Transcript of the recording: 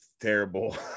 terrible